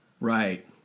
Right